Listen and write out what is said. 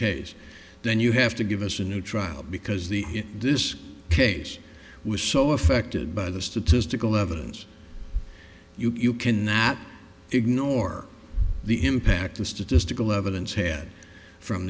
case then you have to give us a new trial because the in this case was so affected by the statistical evidence you cannot ignore the impact the statistical evidence head from